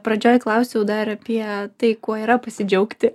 pradžioj klausiau dar apie tai kuo yra pasidžiaugti